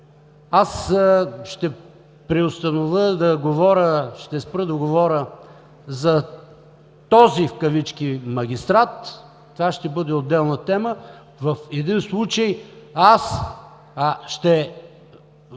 Аз ще преустановя да говоря, ще спра да говоря за този „магистрат“, това ще бъде отделна тема. В един случай – това